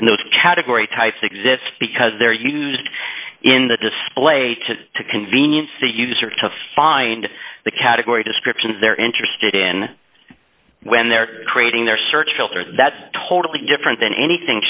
in those category types exist because they're used in the display to convenience the user to find the category descriptions they're interested in when they're creating their search filter that's totally different than anything